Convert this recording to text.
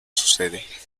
sucede